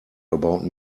about